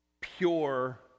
pure